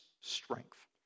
strength